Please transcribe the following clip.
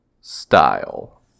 style